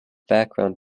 background